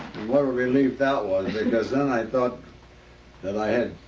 what a relief that was because then i thought that i had